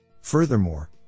Furthermore